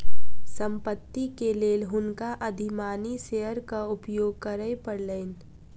संपत्ति के लेल हुनका अधिमानी शेयरक उपयोग करय पड़लैन